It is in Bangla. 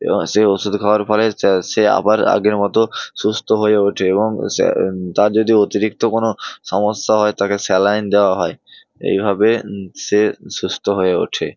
এবং সেই ওষুধ খাওয়ার ফলে সে সে আবার আগের মতো সুস্থ হয়ে ওঠে এবং সে তার যদি অতিরিক্ত কোনো সমস্যা হয় তাকে স্যালাইন দেওয়া হয় এইভাবে সে সুস্থ হয়ে ওঠে